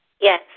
yes